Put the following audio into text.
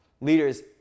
Leaders